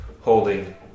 holding